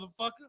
motherfucker